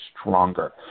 stronger